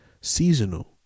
seasonal